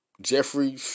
Jeffrey